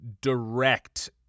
direct